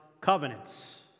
covenants